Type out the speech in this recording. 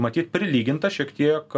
matyt prilyginta šiek tiek